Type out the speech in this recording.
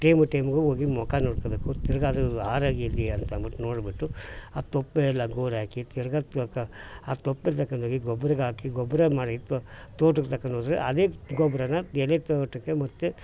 time ಟೇಮ್ಗೂ ಹೋಗಿ ಮುಖ ನೋಡ್ಕೋಬೇಕು ತಿರ್ಗಿ ಅದು ಆರೋಗಿದ್ಯಾ ಅಂತನ್ಬಿಟ್ಟು ನೋಡಿಬಿಟ್ಟು ಆ ತೊಪ್ಪೆ ಎಲ್ಲ ಗೋರಾಕಿ ತಿರ್ಗಿ ತೊಕ ಆ ತೊಪ್ಪೆ ತಗೊಂಡೋಗಿ ಗೊಬ್ರಕ್ಹಾಕಿ ಗೊಬ್ಬರ ಮಾಡಿ ತೋಟಕ್ಕೆ ತಗೊಂಡೋದ್ರೆ ಅದೇ ಗೊಬ್ರ ಎಲೆ ತೋಟಕ್ಕೆ ಮತ್ತು